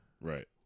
Right